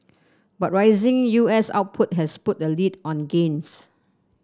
but rising U S output has put the lid on gains